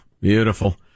Beautiful